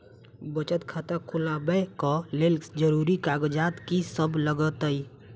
बचत खाता खोलाबै कऽ लेल जरूरी कागजात की सब लगतइ?